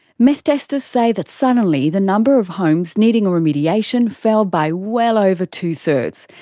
meth testers say that suddenly the number of homes needing remediation fell by well over two thirds.